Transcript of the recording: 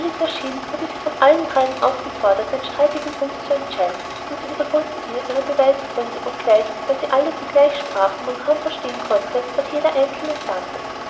wurde sie von allen dreien aufgefordert den streitigen punkt zu entscheiden und sie wiederholten ihr ihre beweisgründe obgleich da alle zugleich sprachen man kaum verstehen konnte was jeder einzelne sagte